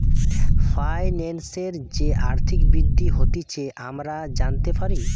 ফাইন্যান্সের যে আর্থিক বৃদ্ধি হতিছে আমরা জানতে পারি